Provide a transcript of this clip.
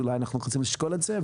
שאולי אנחנו רוצים לשקול את זה.